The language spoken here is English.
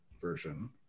version